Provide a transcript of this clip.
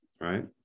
right